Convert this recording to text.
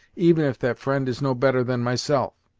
even if that fri'nd is no better than myself.